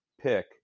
pick